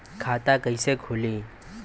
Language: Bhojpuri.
खाता कईसे खुली?